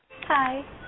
Hi